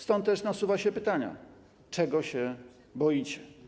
Stąd też nasuwa się pytanie: Czego się boicie?